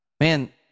man